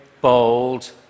bold